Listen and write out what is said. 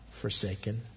forsaken